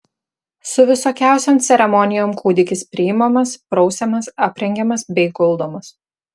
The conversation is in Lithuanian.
su visokiausiom ceremonijom kūdikis priimamas prausiamas aprengiamas bei guldomas